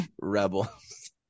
rebels